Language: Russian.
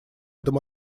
этом